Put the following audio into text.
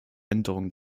änderungen